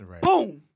boom